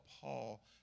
Paul